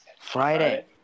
Friday